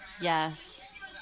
Yes